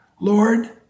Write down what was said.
Lord